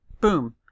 boom